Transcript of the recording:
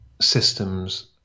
systems